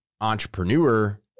entrepreneur